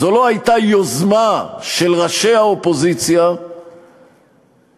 זו לא הייתה יוזמה של ראשי האופוזיציה אשר